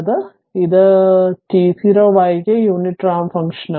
അതിനാൽ ഇത് t0 വൈകിയ യൂണിറ്റ് റാമ്പ് ഫംഗ്ഷനാണ്